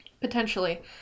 potentially